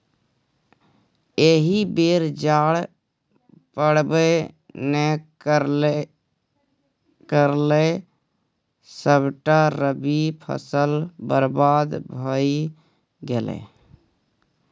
एहि बेर जाड़ पड़बै नै करलै सभटा रबी फसल बरबाद भए गेलै